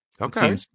Okay